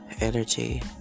energy